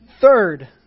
Third